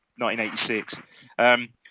1986